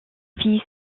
fit